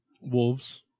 Wolves